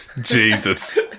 Jesus